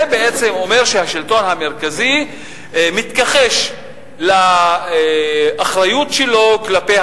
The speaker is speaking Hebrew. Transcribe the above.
זה אומר שהשלטון המרכזי מתכחש לאחריות שלו כלפי